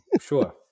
sure